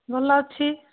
ଭଲ ଅଛି